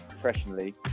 professionally